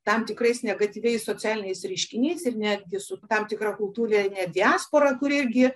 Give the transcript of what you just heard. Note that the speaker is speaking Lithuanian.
tam tikrais negatyviais socialiniais reiškiniais ir netgi su tam tikra kultūrine diaspora kuri irgi